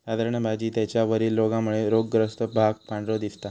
साधारण भाजी त्याच्या वरील रोगामुळे रोगग्रस्त भाग पांढरो दिसता